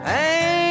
Hey